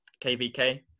KVK